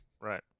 Right